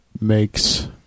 makes